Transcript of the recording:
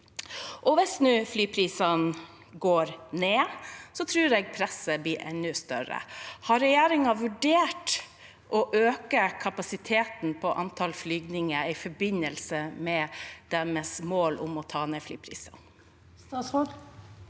Hvis flyprisene nå går ned, tror jeg presset blir enda større. Har regjeringen vurdert å øke kapasiteten på antall flyvninger i forbindelse med deres mål om å ta ned flyprisene? Statsråd